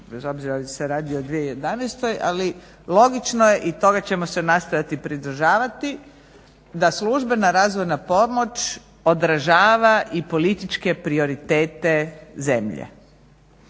bez obzira jel se radi o 2011., ali logično je i toga ćemo se nastojati pridržavati da službena razvojna pomoć odražava i političke prioritete zemlje.